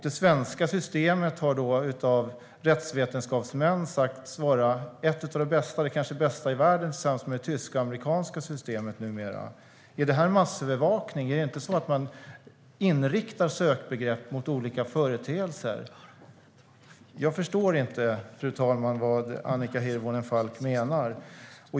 Det svenska systemet har då av rättsvetenskapsmän sagts vara ett av de bästa, kanske det bästa i världen tillsammans med det tysk-amerikanska systemet numera. Är det här massövervakning? Är det inte så att man inriktar sökbegrepp mot olika företeelser? Fru talman! Jag förstår inte vad Annika Hirvonen Falk menar.